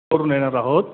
करून येणार आहोत